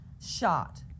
shot